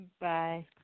Bye